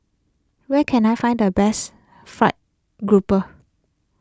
where can I find the best Fried Grouper